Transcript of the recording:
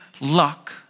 luck